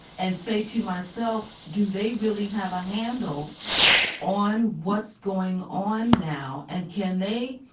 and say to myself, do they really have a handle on what's going on now and can they,